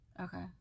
Okay